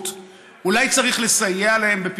אולי צריך לסייע להם בנגישות,